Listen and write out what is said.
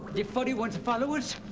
the furry one's followers,